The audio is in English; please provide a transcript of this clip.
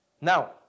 Now